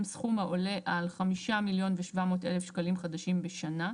סכום העולה על 5,700,000 שקלים חדשים בשנה,